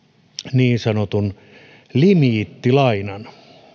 niin sanotun limiittilainan